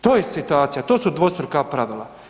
To je situacija, to su dvostruka pravila.